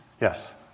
Yes